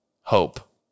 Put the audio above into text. hope